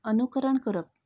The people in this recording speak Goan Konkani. अनुकरण करप